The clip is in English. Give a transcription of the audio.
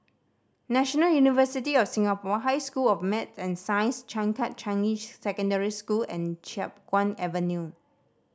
National University of Singapore High School of Math and Science Changkat Changi Secondary School and Chiap Guan Avenue